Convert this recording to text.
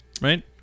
Right